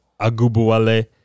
Agubuale